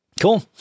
Cool